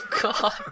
God